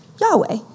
Yahweh